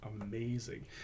amazing